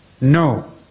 no